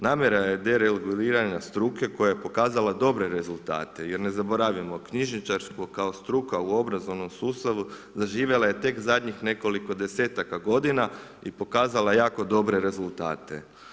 Namjera je dereguliranja struke, koja je pokazala dobre rezultate, jer ne zaboravimo, knjižarstvo kao struka u obrazovnom sustavu, zaživjela je tek zadnji nekoliko 10-taka g. i pokazala je jako dobre rezultate.